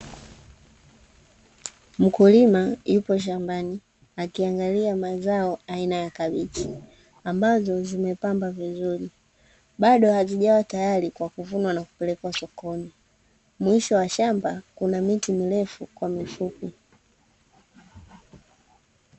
Mkulima yupo shambani akiangalia mazao aina ya kabichi ambazo zimepamba vizuri, bado hazijawa tayari kwa kuvunwa na kupelekwa soko sokoni. Mwisho wa shamba kuna miti mirefu kwa mifupi.